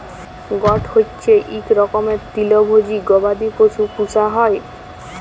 goat হচ্যে ইক রকমের তৃলভজী গবাদি পশু পূষা হ্যয়